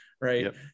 right